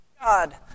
God